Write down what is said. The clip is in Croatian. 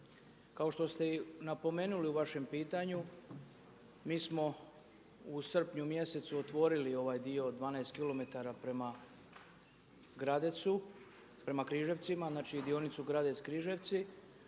Kao što ste i napomenuli u vašem pitanju mi smo u srpnju mjesecu otvorili ovaj dio 12 kilometara prema Gradecu, prame Križevcima znači dionicu Gradec-Križevci